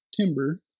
timber